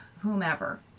whomever